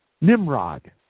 Nimrod